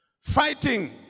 Fighting